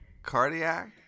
Cardiac